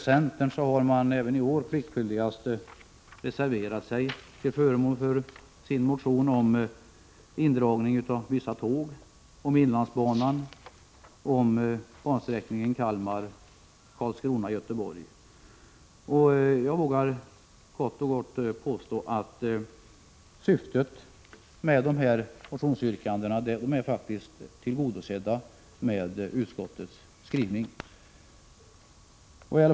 Centern har även i år pliktskyldigast reserverat sig till förmån för sin motion om indragning av vissa tåg, om inlandsbanan, om bansträckan Kalmar/Karlskrona-Göteborg. Jag vågar kort och gott påstå att dessa motionsyrkanden är tillgodosedda i utskottets skrivning.